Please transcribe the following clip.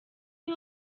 you